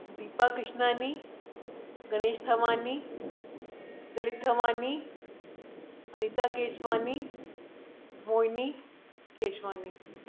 Deepa Kishnani Ganesh Thawani Dilip Thawani Anita Keswani Mohini Keswani